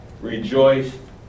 rejoice